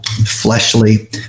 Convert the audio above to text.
fleshly